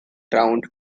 round